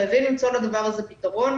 חייבים למצוא לדבר הזה פתרון.